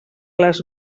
les